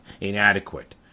inadequate